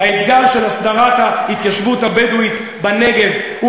האתגר של הסדרת ההתיישבות הבדואית בנגב הוא